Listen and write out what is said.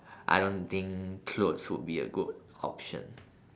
I don't think clothes would be a good option